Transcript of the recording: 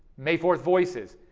may fourth voices,